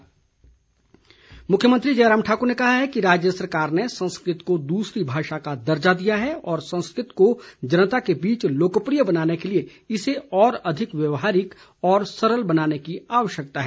CM मुख्यमंत्री जयराम ठाकुर ने कहा है कि राज्य सरकार ने संस्कृत को दूसरी भाषा का दर्जा दिया है और संस्कृत को जनता के बीच लोकप्रिय बनाने के लिए इसे और अधिक व्यवहारिक व सरल बनाने की आवश्यकता है